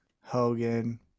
Hogan